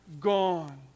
gone